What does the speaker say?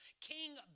King